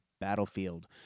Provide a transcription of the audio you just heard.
battlefield